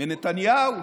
מנתניהו,